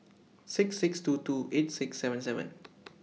six six two two eight six seven seven